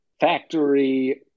factory